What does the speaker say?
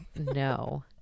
no